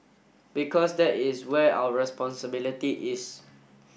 because that is where our responsibility is